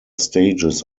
stages